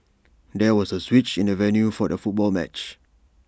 there was A switch in the venue for the football match